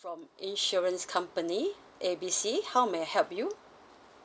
from insurance company A B C how may I help you